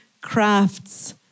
crafts